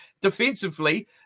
defensively